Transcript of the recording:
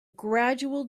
gradual